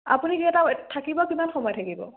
আপুনি কেইটা থাকিব কিমান সময় থাকিব